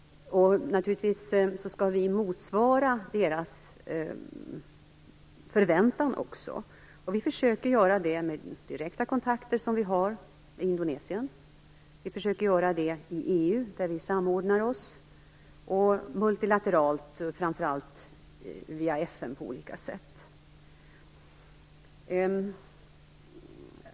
Naturligtvis skall vi motsvara deras förväntan. Vi försöker att göra det med de direkta kontakter som vi har med Indonesien. Vi försöker att göra det i EU, där vi samordnar oss, och multilateralt, framför allt via FN.